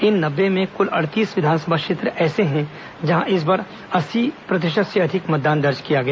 इन नब्बे में कुल अड़तीस विधानसभा क्षेत्र ऐसे हैं जहां इस बार अस्सी प्रतिशत से अधिक मतदान दर्ज किया गया